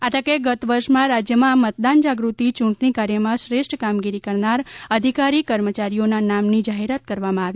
આ તકે ગત વર્ષમાં રાજ્યમાં મતદાન જાગૃતિ ચૂંટણી કાર્યમાં શ્રેષ્ઠ કામગીરી કરનાર અધિકારી કર્મચારીઓના નામની જાહેરાત કરવામાં આવી